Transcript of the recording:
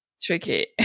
Tricky